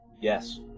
Yes